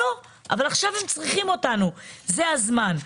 לא, אבל עכשיו הם צריכים אותנו, זה הזמן.